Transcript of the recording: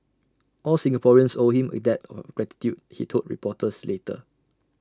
all Singaporeans owe him A debt of gratitude he told reporters later